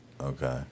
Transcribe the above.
Okay